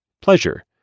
pleasure